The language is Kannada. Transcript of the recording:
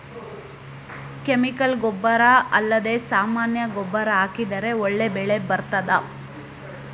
ಕೆಮಿಕಲ್ ಗೊಬ್ಬರ ಅಲ್ಲದೆ ಸಾಮಾನ್ಯ ಗೊಬ್ಬರ ಹಾಕಿದರೆ ಒಳ್ಳೆ ಬೆಳೆ ಬರ್ತದಾ?